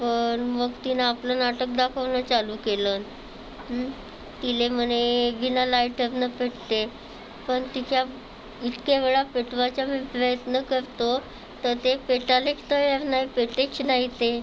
पण मग तिनं आपलं नाटक दाखवणं चालू केलं तिला म्हणे बिना लायटरनं पेटते पण तिच्या इतक्या वेळा पेटवायचा मी प्रयत्न करतो तर ते पेटायलाच तयार नाही पेटेच नाही ते